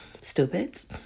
stupids